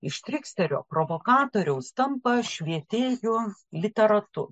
iš triksterio provokatoriaus tampa švietėju literatu